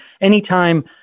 anytime